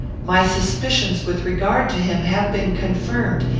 my suspicions with regard to him have been confirmed,